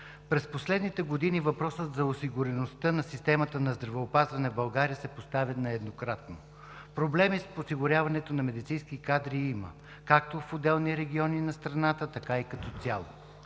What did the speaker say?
През последните години въпросът за осигуреността на системата на здравеопазване в България се поставя нееднократно. Проблеми с осигуряването на медицински кадри има както в отделни региони на страната, така и като цяло.